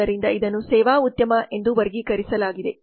ಆದ್ದರಿಂದ ಇದನ್ನು ಸೇವಾ ಉದ್ಯಮ ಎಂದು ವರ್ಗೀಕರಿಸಲಾಗಿದೆ